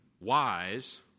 wise